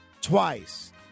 twice